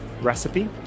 recipe